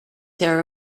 here